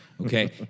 Okay